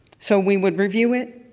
so we would review it,